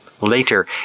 Later